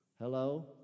Hello